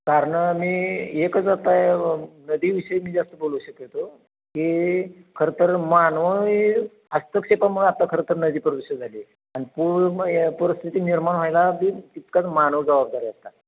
कारणं मी एकच आता नदीविषयी मी जास्त बोलू शकतो की खरंतर मानवी हस्तक्षेपामुळं आता खरंतर नदी प्रदूषित झाली आहे आणि पू परिस्थिती निर्माण व्हायला बी तितकंच मानव जबाबदार आहे आता